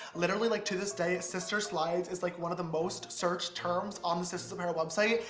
literally like to this day, sister slides is like one of the most searched terms on the sisters apparel website,